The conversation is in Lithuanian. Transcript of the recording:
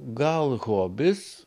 gal hobis